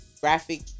graphic